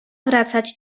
wracać